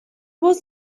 was